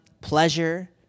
pleasure